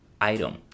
item